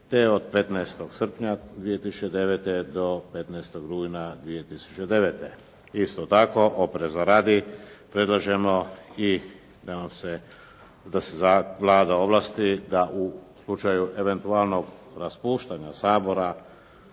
te od 15. srpnja 2009. do 15. rujna 2009. Isto tako, opreza radi, predlaže i da se Vlada ovlasti da u slučaju eventualnog raspuštanja Sabora